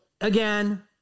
again